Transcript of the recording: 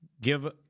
give